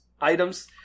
items